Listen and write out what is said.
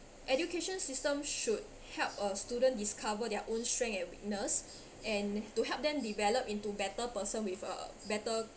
education system should help a student discover their own strength and weakness and to help them develop into better person with a better